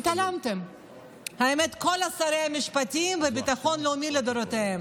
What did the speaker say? התעלמתם האמת היא שזה כל שרי המשפטים והביטחון לאומי לדורותיהם,